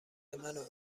منو